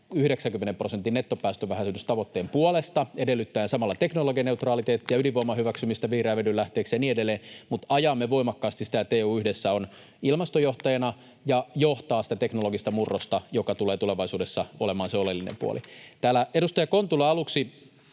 90 prosentin nettopäästövähennystavoitteen puolesta edellyttäen samalla teknologianeutraliteettia, ydinvoiman hyväksymistä vihreän vedyn lähteeksi ja niin edelleen. Mutta ajamme voimakkaasti sitä, että EU yhdessä on ilmastojohtajana ja johtaa sitä teknologista murrosta, joka tulee tulevaisuudessa olemaan se oleellinen puoli. Täällä edustaja Kontula aluksi